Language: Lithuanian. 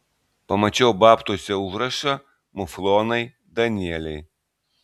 pamačiau babtuose užrašą muflonai danieliai